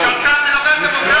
כזה.